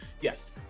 yes